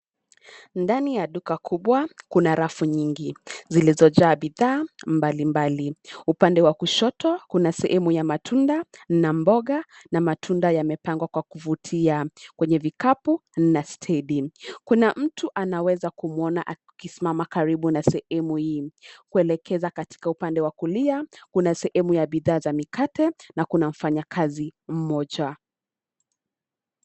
Ndani ya duka kubwa kuna rafu nyingi zilizojaa bidhaa mbalimbali. Upande wa kushoto kuna sehemu ya matunda na mboga, na matunda yamepangwa kwa kuvutia kwenye vikapu na stendi. Kuna mtu ambaye anaonekana akiwa amesimama karibu na sehemu hii. Kuelekea katika upande wa kulia kuna sehemu ya bidhaa za mikate na kuna mfanyakazi mmoja.